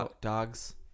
Dogs